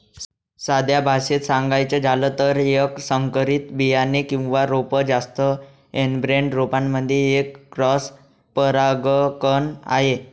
साध्या भाषेत सांगायचं झालं तर, एक संकरित बियाणे किंवा रोप जास्त एनब्रेड रोपांमध्ये एक क्रॉस परागकण आहे